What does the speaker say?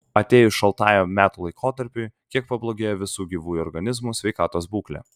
atėjus šaltajam metų laikotarpiui kiek pablogėja visų gyvųjų organizmų sveikatos būklė